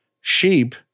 Sheep